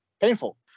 Painful